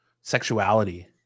sexuality